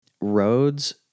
roads